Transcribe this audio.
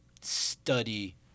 study